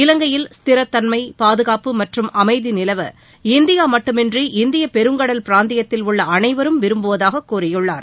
இலங்கையில் ஸ்திரத்தன்மை பாதுகாப்பு மற்றும் அமைதி நிலவ இந்தியா மட்டுமின்றி இந்தியப்பெருங்கடல் பிராந்தியத்தில் உள்ள அனைவரும் விரும்புவதாக கூறியுள்ளார்